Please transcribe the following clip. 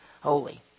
holy